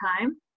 time